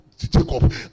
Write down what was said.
Jacob